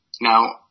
Now